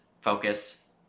focus